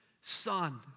son